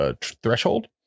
threshold